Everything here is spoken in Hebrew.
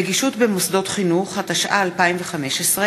נגישות במוסדות חינוך), התשע"ה 2015,